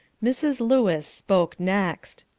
mrs. lewis spoke next.